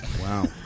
Wow